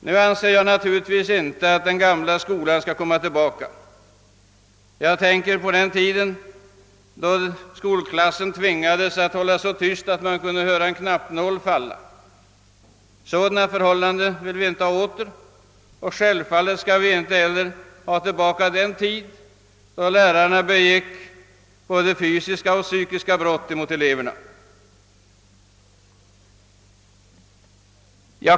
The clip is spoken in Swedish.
Nu anser jag naturligtvis inte att den gamla skolan skall tillbaka — den skola där klassen tvingades hålla så tyst att man kunde höra en knappnål falla. Sådana förhållanden vill vi inte ha åter, och självfallet vill vi inte heller ha tillbaka den tid då läraren begick både fysiska och psykiska brott mot eleverna.